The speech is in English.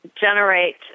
generate